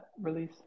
release